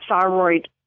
thyroid